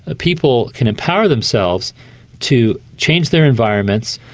ah people can empower themselves to change their environments.